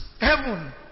heaven